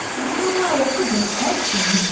ah, that's a great question.